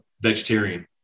vegetarian